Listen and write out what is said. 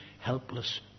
helpless